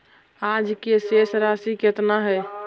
आज के शेष राशि केतना हई?